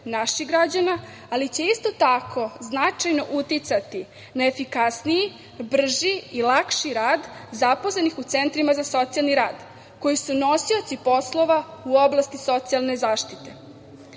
naših građana, ali će isto tako značajno uticati na efikasniji, brži i lakši rad zaposlenih u centrima za socijalni rad koji su nosioci poslova u oblasti socijalne zaštite. Upravo